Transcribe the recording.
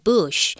Bush